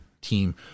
team